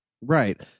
Right